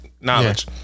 Knowledge